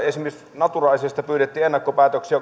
esimerkiksi natura asiasta pyydettiin ennakkopäätöksiä